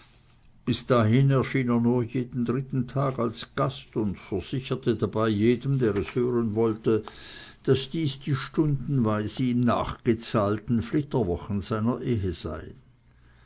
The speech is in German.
bis dahin erschien er nur jeden dritten tag als gast und versicherte dabei jedem der es hören wollte daß dies die stundenweis ihm nachgezahlten flitterwochen seiner ehe seien